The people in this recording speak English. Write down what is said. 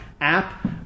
app